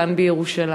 כאן בירושלים.